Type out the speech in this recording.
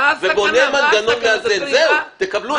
אני בונה מנגנון מאזן, תקבלו את זה.